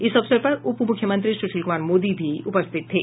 इस अवसर पर उपमुख्यमंत्री सुशील कुमार मोदी भी उपस्थित थे